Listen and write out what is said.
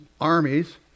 armies